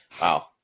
wow